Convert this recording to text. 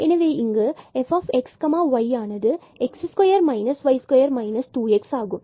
எனவே இங்கு fxyx2 y2 2x ஆகும்